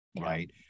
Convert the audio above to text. right